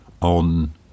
on